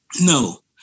no